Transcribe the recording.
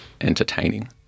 entertaining